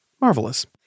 Marvelous